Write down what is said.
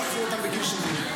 למה יעכבו אותם בגיל 70?